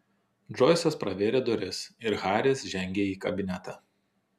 džoisas pravėrė duris ir haris žengė į kabinetą